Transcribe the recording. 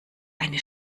eine